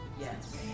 Yes